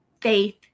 faith